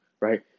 right